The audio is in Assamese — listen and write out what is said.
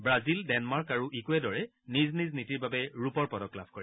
ৱাজিল ডেনমাৰ্ক আৰু ইকুৱেড'ৰে নিজ নিজ নীতিৰ বাবে ৰূপৰ পদক লাভ কৰে